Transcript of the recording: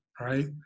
right